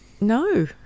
No